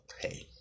hey